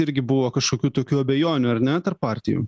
irgi buvo kažkokių tokių abejonių ar ne tarp partijų